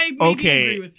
okay